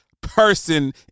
person